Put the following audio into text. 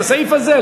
לסעיף הזה,